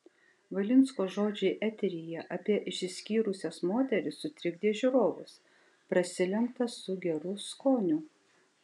valinsko žodžiai eteryje apie išsiskyrusias moteris sutrikdė žiūrovus prasilenkta su geru skoniu